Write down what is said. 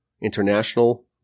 international